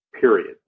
period